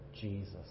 Jesus